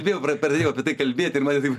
vėl pra pradėjau apie tai kalbėt ir mane taip